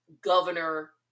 governor